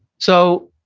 so,